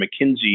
McKinsey